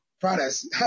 products